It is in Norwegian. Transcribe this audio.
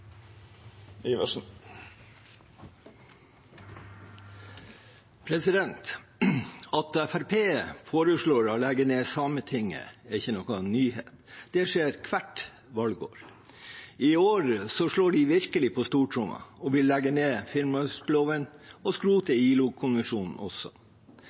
At Fremskrittspartiet foreslår å legge ned Sametinget, er ikke noen nyhet. Det skjer hvert valgår. I år slår de virkelig på stortromma og vil legge ned Finnmarksloven og også skrote ILO-konvensjonen. Senterpartiet er klar på at Norge og